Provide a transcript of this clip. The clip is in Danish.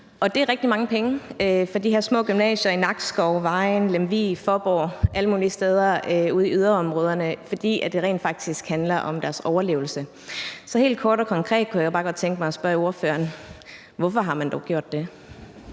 Det er rigtig mange penge for de her små gymnasier i Nakskov, Vejen, Lemvig, Faaborg og alle mulige steder ude i yderområderne, fordi det rent faktisk handler om deres overlevelse. Så helt kort og konkret kunne jeg bare godt tænke mig at spørge ordføreren: Hvorfor har man dog gjort det?